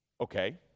Okay